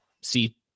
see